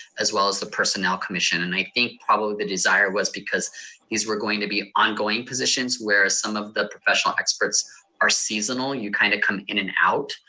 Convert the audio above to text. as well as the personnel commission. and i think probably the desire was because these were going to be ongoing positions where some of the professional experts are seasonal. you kind of come in and out.